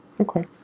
Okay